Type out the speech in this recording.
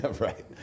right